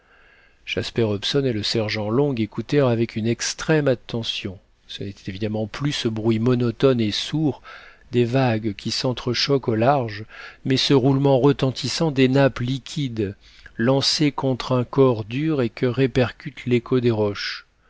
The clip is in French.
jasper hobson et le sergent long écoutèrent avec une extrême attention ce n'était évidemment plus ce bruit monotone et sourd des vagues qui s'entrechoquent au large mais ce roulement retentissant des nappes liquides lancées contre un corps dur et que répercute l'écho des roches